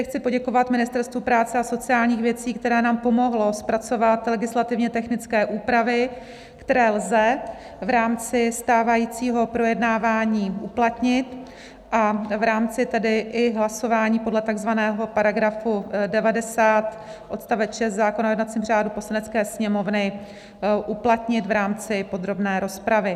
Chci poděkovat Ministerstvu práce a sociálních věcí, které nám pomohlo zpracovat legislativně technické úpravy, které lze v rámci stávajícího projednávání uplatnit a v rámci hlasování podle takzvaného § 90 odst. 6 zákona o jednacím řádu Poslanecké sněmovny uplatnit v rámci podrobné rozpravy.